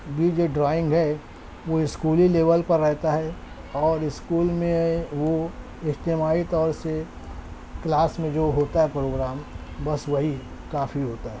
بھی جو ڈرائنگ ہے وہ اسکولی لیول پر رہتا ہے اور اسکول میں وہ اجتماعی طور سے کلاس میں جو ہوتا ہے پروگرام بس وہی کافی ہوتا ہے